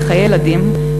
בחיי הילדים,